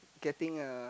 getting a